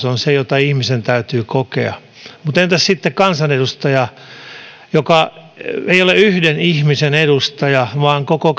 on se jota ihmisen täytyy kokea mutta entä sitten kansanedustaja joka ei ole yhden ihmisen edustaja vaan koko